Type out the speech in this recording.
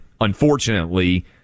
unfortunately